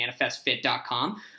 ManifestFit.com